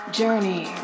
journey